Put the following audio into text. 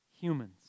humans